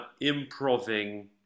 improving